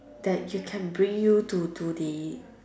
that you can bring you to to the